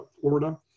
Florida